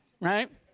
right